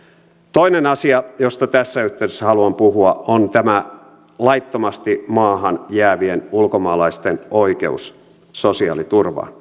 toinen asia josta tässä yhteydessä haluan puhua on tämä laittomasti maahan jäävien ulkomaalaisten oikeus sosiaaliturvaan